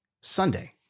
Sunday